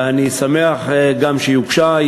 ואני גם שמח שהיא הוגשה.